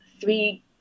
three